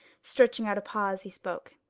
stretching out a paw as he spoke.